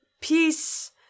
peace